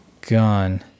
Gone